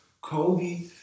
Kobe